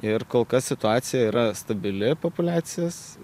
ir kol kas situacija yra stabili populiacijos